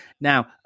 Now